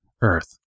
Earth